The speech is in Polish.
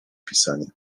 pisanie